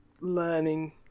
learning